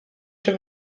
czy